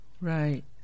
Right